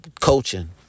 Coaching